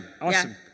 awesome